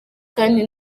kandi